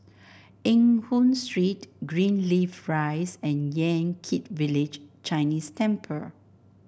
Eng Hoon Street Greenleaf Rise and Yan Kit Village Chinese Temple